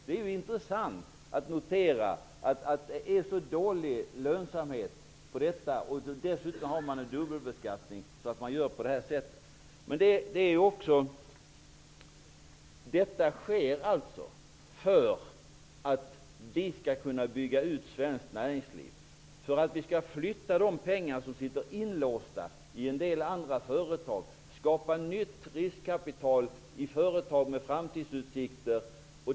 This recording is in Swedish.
Det är intressant att notera att det är så dålig lönsamhet på detta -- dessutom har man en dubbelbeskattning -- att man gör så här. Detta sker alltså för att vi skall kunna bygga ut svenskt näringsliv, för att vi skall flytta de pengar som är inlåsta i en del andra företag och skapa nytt riskkapital i företag med framtidsutsikter.